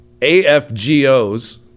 AFGOs